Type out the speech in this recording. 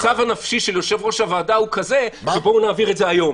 המצב הנפשי של יושב-ראש הוועדה הוא כזה שבואו נעביר את זה היום.